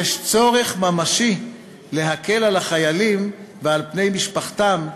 כי יש צורך ממשי להקל על החיילים ועל בני משפחותיהם,